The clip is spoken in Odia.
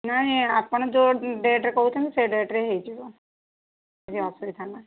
ନାଇଁ ଆପଣ ଯୋଉ ଡେଟ୍ରେ କହୁଛନ୍ତି ସେ ଡେଟ୍ରେ ହୋଇଯିବ କିଛି ଅସୁବିଧା ନାହିଁ